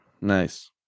nice